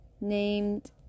named